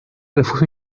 refugio